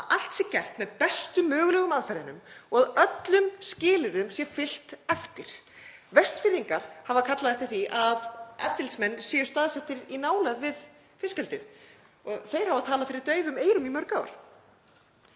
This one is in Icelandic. að allt sé gert með bestu mögulegum aðferðum og öllum skilyrðum sé fylgt eftir. Vestfirðingar hafa kallað eftir því að eftirlitsmenn séu staðsettir í nálægð við fiskeldið. Þeir hafa talað fyrir daufum eyrum í mörg ár.